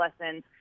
lessons